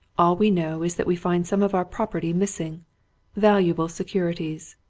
all we know is that we find some of our property missing valuable securities.